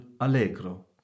Allegro